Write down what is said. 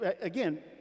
Again